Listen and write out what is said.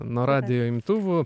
nuo radijo imtuvų